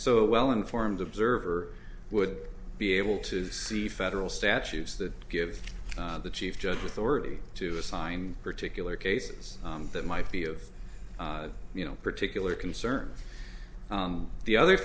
so well informed observer would be able to see federal statutes that give the chief judge authority to assign particular cases that might be of you know particular concern the other